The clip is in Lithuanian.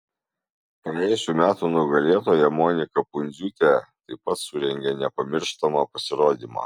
praėjusių metų nugalėtoja monika pundziūtė taip pat surengė nepamirštamą pasirodymą